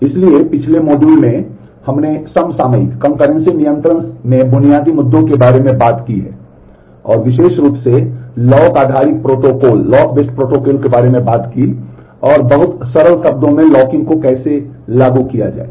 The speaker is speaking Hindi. इसलिए पिछले मॉड्यूल में हमने समसामयिक को कैसे लागू किया जाए